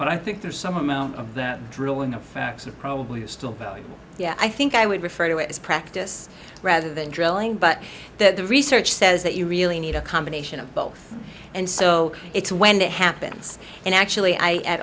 but i think there's some amount of that drilling the facts are probably still valuable yeah i think i would refer to it as practice rather than drilling but that the research says that you really need a combination of both and so it's when that happens and actually i